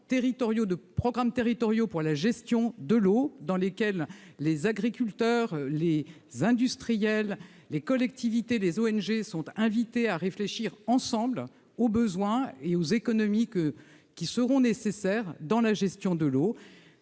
de programmes territoriaux pour la gestion de l'eau, dans lesquels les agriculteurs, les industriels, les collectivités et les ONG sont invités à réfléchir ensemble aux besoins et aux économies qui seront nécessaires dans le cadre de la